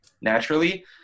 naturally